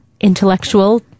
intellectual